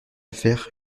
faire